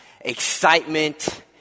excitement